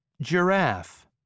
Giraffe